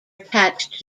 attached